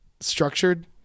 structured